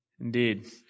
Indeed